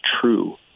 true